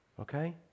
okay